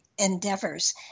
endeavors